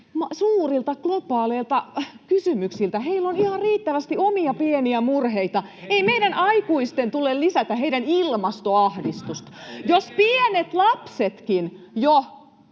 suurilta globaaleilta kysymyksiltä. Heillä on ihan riittävästi omia pieniä murheita, ei meidän aikuisten tule lisätä heidän ilmastoahdistustaan. Jos pienet lapsetkin jo